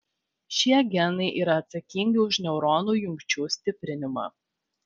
šie genai yra atsakingi už neuronų jungčių stiprinimą